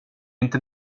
inte